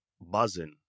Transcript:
buzzing